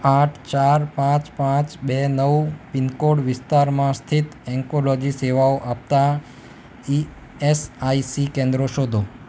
આંઠ ચાર પાંચ પાંચ બે નવ પિનકોડ વિસ્તારમાં સ્થિત એન્કોલોજી સેવાઓ આપતાં ઇએસઆઇસી કેન્દ્રો શોધો